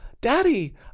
Daddy